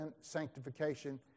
sanctification